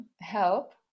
help